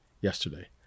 yesterday